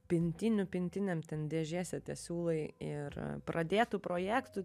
pintinių pintiniam ten dėžėse tie siūlai ir a pradėtų projektų